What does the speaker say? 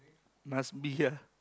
must be lah